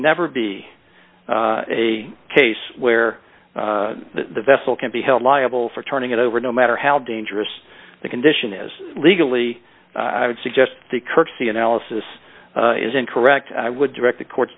never be a case where the vessel can be held liable for turning it over no matter how dangerous the condition is legally i would suggest the curtsey analysis is incorrect i would direct the court